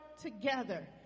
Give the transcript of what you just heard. together